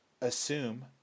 assume